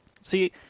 See